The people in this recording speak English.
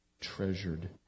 treasured